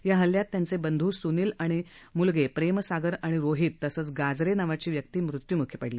या हल्यात त्यांचे बंधू सुनील आणि मुलगे प्रेमसागर आणि रोहित तसंच गाजरे नावाची व्यक्ती मृत्यूमुखी पडले